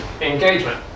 engagement